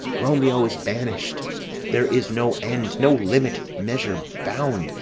romeo is banished' there is no end, no limit, measure, bound,